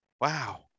Wow